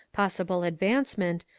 possible advancement,